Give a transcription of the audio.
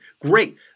Great